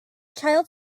child